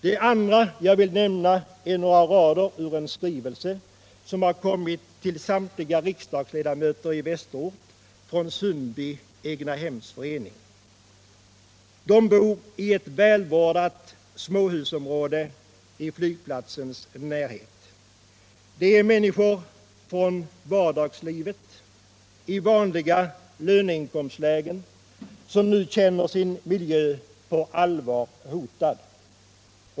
Det andra jag vill nämna är några rader ur en skrivelse som har kommit till samtliga riksdagsledamöter i Västerort från Sundby egnahemsförening. Föreningens medlemmar bor i ett välvårdat småhusområde i flygplatsens närhet. Det är människor från vardagslivet i vanliga löneinkomstlägen som nu känner sin miljö på allvar hotad.